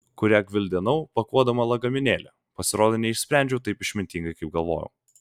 kurią gvildenau pakuodama lagaminėlį pasirodo neišsprendžiau taip išmintingai kaip galvojau